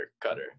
Cutter